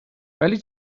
ولی